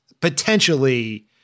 potentially